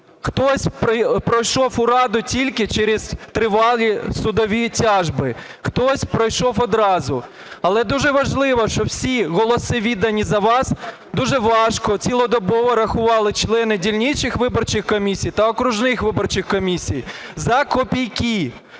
Хтось пройшов у Раду тільки через тривалі судові тяжби, хтось пройшов одразу. Але дуже важливо, що всі голоси, віддані за вас, дуже важко цілодобово рахували члени дільничних виборчих комісій та окружних виборчих комісій за копійки.